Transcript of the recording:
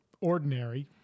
ordinary